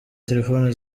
telefoni